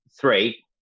three